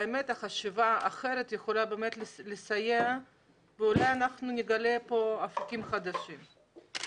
שחשיבה אחרת יכולה באמת לסייע ואולי אנחנו נגלה כאן אפיקים חדשים.